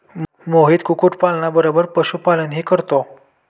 मोहित कुक्कुटपालना बरोबर पशुपालनही करतो